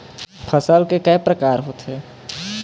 फसल के कय प्रकार होथे?